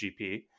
GP